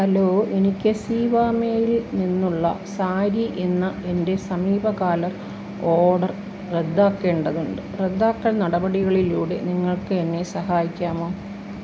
hello എനിക്ക് സിവാമേയിൽ നിന്നുള്ള സാരി എന്ന എൻ്റെ സമീപകാല ഓർഡർ റദ്ദാക്കേണ്ടതുണ്ട് റദ്ദാക്കൽ നടപടികളിലൂടെ നിങ്ങൾക്ക് എന്നെ സഹായിക്കാമോ